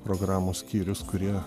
programos skyrius kurie